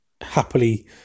happily